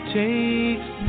takes